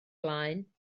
blaen